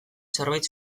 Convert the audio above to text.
zerbait